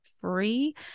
free